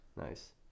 Nice